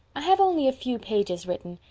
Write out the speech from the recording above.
i have only a few pages written,